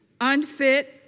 unfit